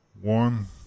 One